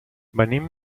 venim